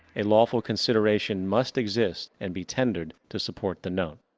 a lawful consideration must exist and be tendered to support the note.